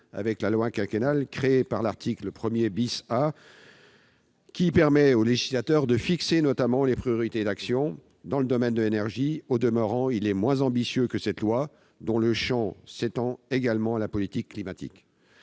avec la loi quinquennale créée par l'article 1 A, qui permet au législateur de fixer, notamment, les priorités d'action dans le domaine de l'énergie. Au demeurant, il est moins ambitieux que cette loi, dont le champ s'étend également à la politique climatique.